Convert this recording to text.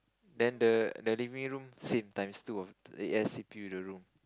then the the living room same times two of A_S_C_P the room